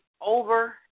over